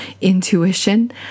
intuition